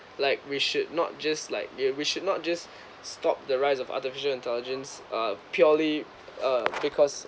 like we should not just like yeah we should not just stop the rise of artificial intelligence uh purely uh because